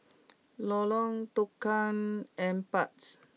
Lorong Tukang Empat